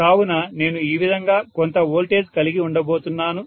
కావున నేను ఈ విధంగా కొంత వోల్టేజ్ కలిగి ఉండబోతున్నాను